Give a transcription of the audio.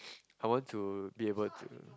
I want to be able to